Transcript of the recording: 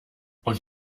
und